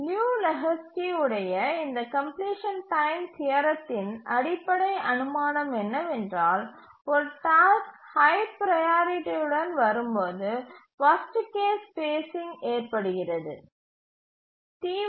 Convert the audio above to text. லியு Lehoczky உடைய இந்த completion time தியரத்தின் அடிப்படை அனுமானம் என்னவென்றால் ஒரு டாஸ்க் ஹை ப்ரையாரிட்டி உடன் வரும்போது வர்ஸ்ட் கேஸ் ஃபேஸ்சிங் ஏற்படுகிறது என்பதே